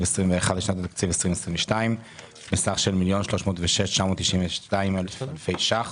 2021 לשנת התקציב 2022 בסך של 1,306,992 אלפי שקלים,